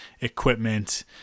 equipment